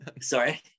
sorry